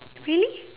really